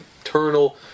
eternal